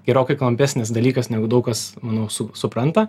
gerokai klampesnis dalykas negu daug kas manau supranta